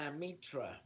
Amitra